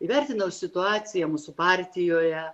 įvertinau situaciją mūsų partijoje